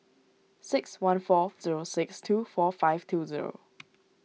six one four zero six two four five two zero